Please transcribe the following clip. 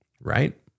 right